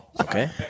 Okay